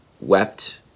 wept